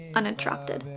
uninterrupted